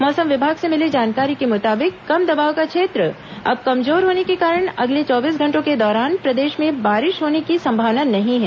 मौसम विभाग से मिली जानकारी के मुताबिक कम दबाव का क्षेत्र अब कमजोर होने के कारण अगले चौबीस घंटों के दौरान प्रदेश में बारिश होने की संभावना नहीं है